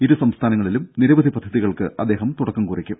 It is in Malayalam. ഇരു സംസ്ഥാനങ്ങളിലും നിരവധി പദ്ധതികൾക്ക് അദ്ദേഹം തുടക്കം കുറിക്കും